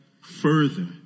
further